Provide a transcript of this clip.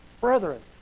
Brethren